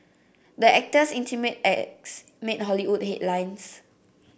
the actors intimate acts made Hollywood headlines